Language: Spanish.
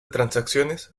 transacciones